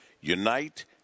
unite